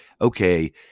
okay